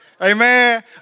Amen